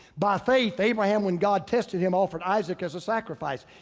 by faith abraham, when god tested him offered isaac as a sacrifice.